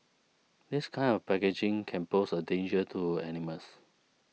this kind of packaging can pose a danger to animals